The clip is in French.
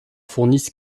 fournissent